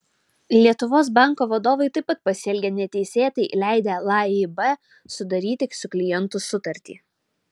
lietuvos banko vadovai taip pat pasielgė neteisėtai leidę laib sudaryti su klientu sutartį